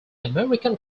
american